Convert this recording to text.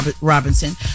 Robinson